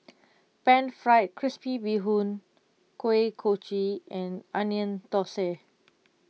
Pan Fried Crispy Bee Hoon Kuih Kochi and Onion Thosai